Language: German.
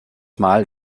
mal